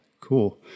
Cool